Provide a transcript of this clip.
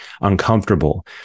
uncomfortable